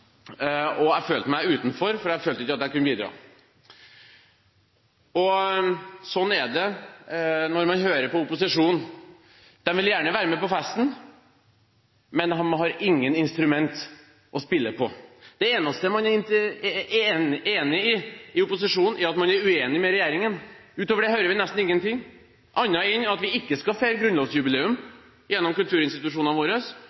Og jeg følte meg utenfor, for jeg følte ikke at jeg kunne bidra. Sånn er det når man hører på opposisjonen: De vil gjerne være med på festen, men de har ikke noe instrument å spille på. Det eneste man i opposisjonen er enig om, er at man er uenig med regjeringen – utover det hører vi nesten ingen ting, annet enn at vi ikke skal feire grunnlovsjubileum gjennom kulturinstitusjonene våre